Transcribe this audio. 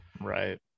Right